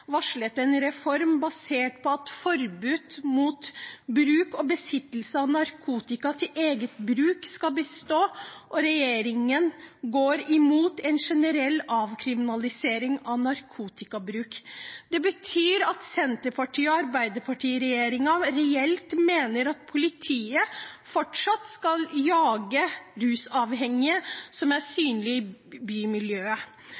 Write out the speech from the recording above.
varslet en reform basert på at forbudet mot bruk og besittelse av narkotika til eget bruk skal bestå, og at regjeringen går imot en generell avkriminalisering av narkotikabruk. Det betyr at Arbeiderparti–Senterparti-regjeringen reelt sett mener at politiet fortsatt skal jage rusavhengige som er